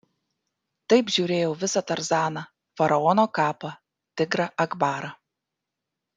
taip žiūrėjau visą tarzaną faraono kapą tigrą akbarą